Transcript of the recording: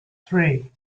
three